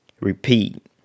Repeat